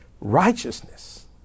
righteousness